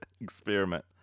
experiment